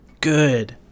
Good